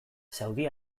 saudi